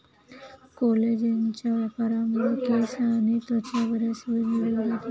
कोलेजनच्या वापरामुळे केस आणि त्वचा बऱ्यापैकी निरोगी राहते